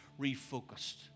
refocused